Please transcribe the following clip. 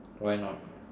why not